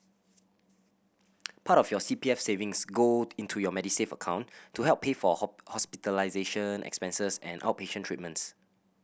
part of your C P F savings go into your Medisave account to help pay for hospitalization expenses and outpatient treatments